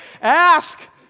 Ask